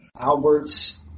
Albert's